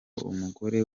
umugore